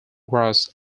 grass